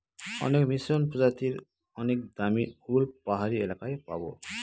এক মসৃন প্রজাতির অনেক দামী উল পাহাড়ি এলাকায় পাবো